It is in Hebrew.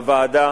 הוועדה